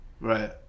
Right